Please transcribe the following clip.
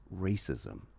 racism